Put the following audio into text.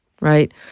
right